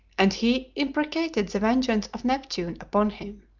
and he imprecated the vengeance of neptune upon him.